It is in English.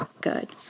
good